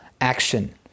action